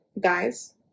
Guys